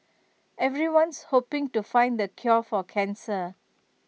everyone's hoping to find the cure for cancer